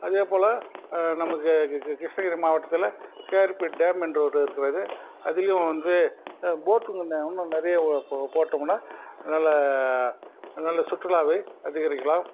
அதே போல் நமக்கு கிருஷ்ணகிரி மாவட்டத்தில் கேஆர்பி டேம் என்று ஒரு இருக்கிறது அதிலையும் வந்து போட்டுங்க இன்னும் நிறைய போட்டமுன்னால் நல்ல சுற்றுலாவை அதிகரிக்கலாம்